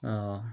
और